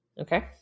Okay